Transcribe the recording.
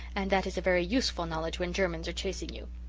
and that is a very useful knowledge when germans are chasing you.